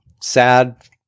sad